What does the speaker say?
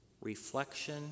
reflection